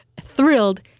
thrilled